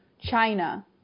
China